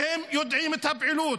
כי הם יודעים את הפעילות.